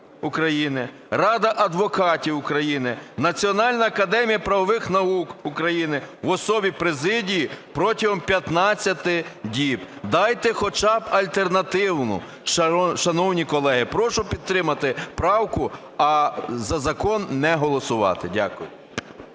України, Рада адвокатів України, Національна академія правових наук України в особі Президії протягом 15 діб". Дайте хоча б альтернативу, шановні колеги. Прошу підтримати правку, а за закон не голосувати. Дякую.